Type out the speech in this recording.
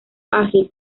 ágil